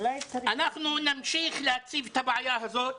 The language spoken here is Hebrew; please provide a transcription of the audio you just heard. אנחנו נמשיך להציף את הבעיה הזאת.